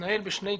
יתנהל בשני צירים: